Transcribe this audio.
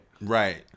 Right